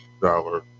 dollar